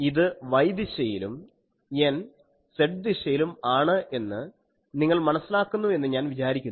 ഇത് y ദിശയിലും n z ദിശയിലും ആണ് എന്ന് നിങ്ങൾ മനസ്സിലാക്കുന്നു എന്ന് ഞാൻ വിചാരിക്കുന്നു